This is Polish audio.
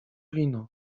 wino